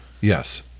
Yes